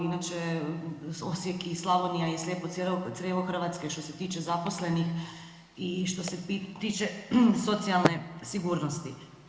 Inače, Osijek i Slavonija i „slijepo crijevo Hrvatske“ što se tiče zaposlenih i što se tiče socijalne sigurnosti.